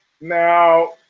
now